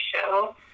show